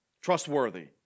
Trustworthy